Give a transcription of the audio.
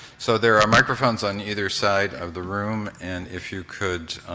so there are microphones on either side of the room, and if you could,